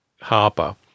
Harper